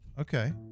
Okay